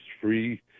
free